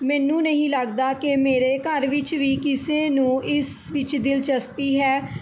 ਮੈਨੂੰ ਨਹੀਂ ਲੱਗਦਾ ਕਿ ਮੇਰੇ ਘਰ ਵਿੱਚ ਵੀ ਕਿਸੇ ਨੂੰ ਇਸ ਵਿੱਚ ਦਿਲਚਸਪੀ ਹੈ